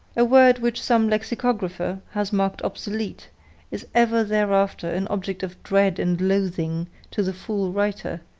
a word which some lexicographer has marked obsolete is ever thereafter an object of dread and loathing to the fool writer,